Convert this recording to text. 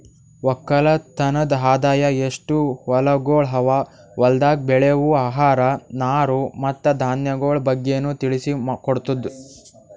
ಒಕ್ಕಲತನದ್ ಆದಾಯ, ಎಸ್ಟು ಹೊಲಗೊಳ್ ಅವಾ, ಹೊಲ್ದಾಗ್ ಬೆಳೆವು ಆಹಾರ, ನಾರು ಮತ್ತ ಧಾನ್ಯಗೊಳ್ ಬಗ್ಗೆನು ತಿಳಿಸಿ ಕೊಡ್ತುದ್